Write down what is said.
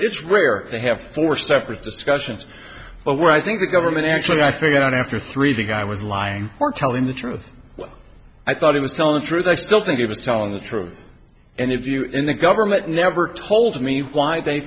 it's rare to have four separate discussions but where i think the government actually i figured out after three the guy was lying or telling the truth i thought he was telling the truth i still think it was telling the truth and if you in the government never told me why they